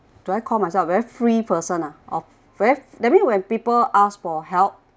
do I call myself a very free person ah orh very that mean when people ask for help